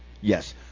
Yes